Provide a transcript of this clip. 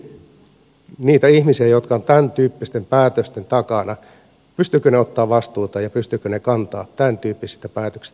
ihmettelenkin niitä ihmisiä jotka ovat tämäntyyppisten päätösten takana pystyvätkö he ottamaan vastuuta ja pystyvätkö he kantamaan tämäntyyppisistä päätöksistä vastuuta